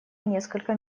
несколько